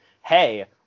Hey